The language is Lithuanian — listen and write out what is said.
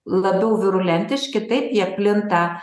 labiau virulentiški taip jie plinta